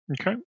Okay